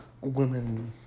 Women